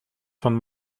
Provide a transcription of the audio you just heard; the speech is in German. von